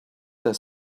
their